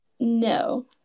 No